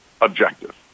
objective